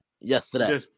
yesterday